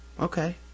Okay